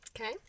Okay